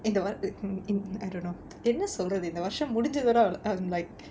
in the what I don't know என்ன சொல்றது இந்த வருஷம் முடிஞ்சதோட அவ்வள:enna solrathu intha varusham mudinjathoda avvala I'm like